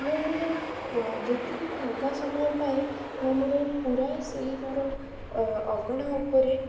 ମୁଁ ମୋର ଅ ଯେତିକି ଫାଙ୍କା ସମୟ ପାଏ ମୁଁ ମୋର ପୂରା ସେଇ ମୋର ଅଗଣା ଉପରେ